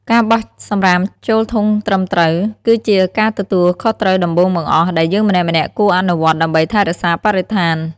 ការបោះសំរាមចូលធុងត្រឹមត្រូវ គឺជាការទទួលខុសត្រូវដំបូងបង្អស់ ដែលយើងម្នាក់ៗគួរអនុវត្តដើម្បីថែរក្សាបរិស្ថាន។